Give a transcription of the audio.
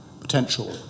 potential